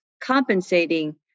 compensating